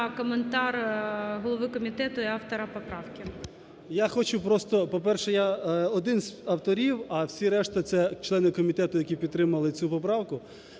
Я хочу просто, по-перше, я один з авторів, а всі решта це члени комітету, які підтримали цю поправку,